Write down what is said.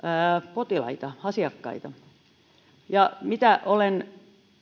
potilaita asiakkaita ja mitä olen